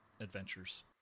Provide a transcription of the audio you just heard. adventures